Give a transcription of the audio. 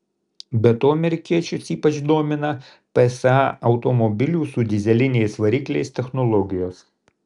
be to amerikiečius ypač domina psa automobilių su dyzeliniais varikliais technologijos